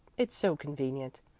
it's so convenient.